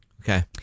Okay